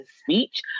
speech